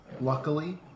Luckily